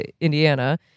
Indiana